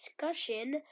discussion